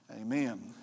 amen